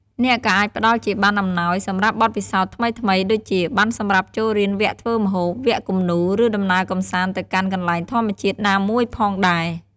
អ្នកក៏អាចផ្តល់ជាប័ណ្ណអំណោយសម្រាប់បទពិសោធន៍ថ្មីៗ ដូចជា ប័ណ្ណសម្រាប់ចូលរៀនវគ្គធ្វើម្ហូប វគ្គគំនូរ ឬដំណើរកម្សាន្តទៅកាន់កន្លែងធម្មជាតិណាមួយផងដែរ។